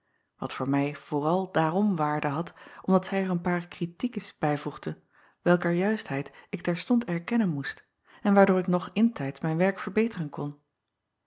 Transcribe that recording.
wat voor mij vooral daarom waarde had omdat zij er een paar critiques bijvoegde welker juistheid ik terstond erkennen moest en waardoor ik nog intijds mijn werk verbeteren kon